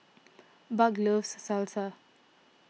Buck loves Salsa